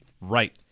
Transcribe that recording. Right